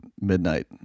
midnight